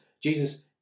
Jesus